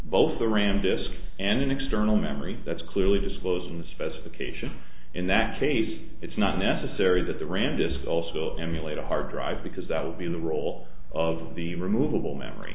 both the ram disk and an external memory that's clearly disclose in the specification in that case it's not necessary that the ram disk also emulate a hard drive because that will be the role of the removable memory